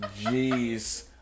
Jeez